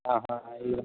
ஆ ஆ இது வந்து